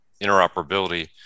interoperability